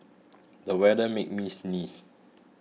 the weather made me sneeze